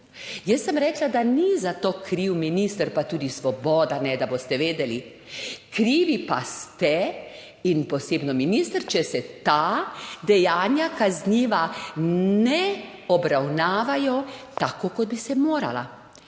Jaz sem rekla, da ni za to kriv minister, pa tudi Svoboda ne, da boste vedeli. Krivi pa ste in posebno minister, če se ta dejanja kazniva ne obravnavajo tako kot bi se morala.